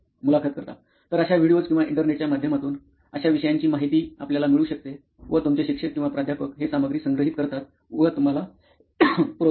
मुलाखत कर्ताः तर अश्या व्हिडीओ किंवा इंटरनेटच्या माध्यमातून अश्या विषयांची माहिती आपल्याला मिळू शकते व तुमचे शिक्षक किंवा प्राध्यापक हे सामग्री संग्रहित करतात व तुम्हाला पुरवतात